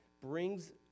brings